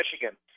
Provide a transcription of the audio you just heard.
Michigan